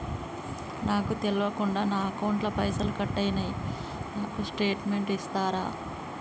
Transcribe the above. నాకు తెల్వకుండా నా అకౌంట్ ల పైసల్ కట్ అయినై నాకు స్టేటుమెంట్ ఇస్తరా?